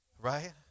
Right